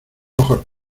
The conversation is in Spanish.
ojos